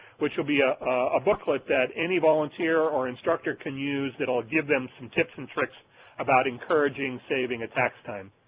which will be a ah booklet that any volunteer or instructor can use that will give them some tips and tricks about encouraging saving at tax time.